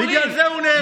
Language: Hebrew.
בגלל זה הוא נהרג.